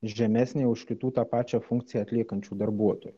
žemesnė už kitų tą pačią funkciją atliekančių darbuotojų